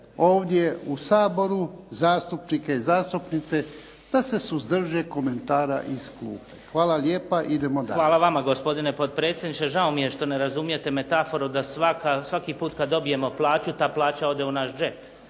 ovdje u Saboru, zastupnike i zastupnice, da se suzdrže komentara iz klupe. Hvala lijepa, idemo dalje. **Beus Richembergh, Goran (HNS)** Hvala vama gospodine potpredsjedniče. Žao mi je što ne razumijete metaforu da svaki put kad dobijemo plaću, ta plaća ode u naš džep.